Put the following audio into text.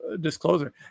disclosure